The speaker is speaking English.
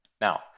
Now